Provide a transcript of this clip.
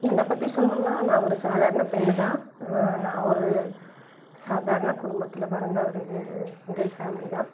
என்னை பற்றி சொல்லணுன்னா நான் ஒரு சாதாரண பெண் தான் நான் ஒரு சாதாரண குடும்பத்தில் பிறந்த ஒரு மிடில் ஃபேமிலி தான்